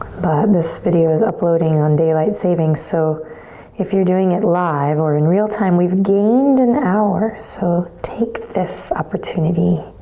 but this video is uploading on daylight savings so if you're doing it live or in real time we've gained an hour so take this opportunity.